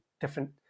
different